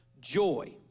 joy